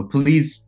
Please